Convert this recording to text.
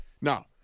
Now